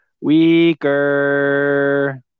Weaker